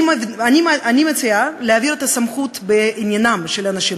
אני מציעה להעביר את הסמכות בעניינם של האנשים